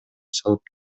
салып